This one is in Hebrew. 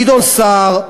גדעון סער,